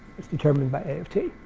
it's determined by a of t.